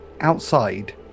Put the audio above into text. outside